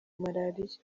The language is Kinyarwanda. malariya